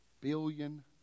billion